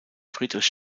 friedrich